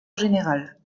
général